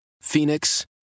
Phoenix